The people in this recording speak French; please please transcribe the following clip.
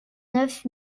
neuf